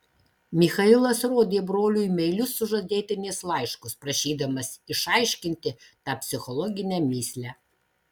michailas rodė broliui meilius sužadėtinės laiškus prašydamas išaiškinti tą psichologinę mįslę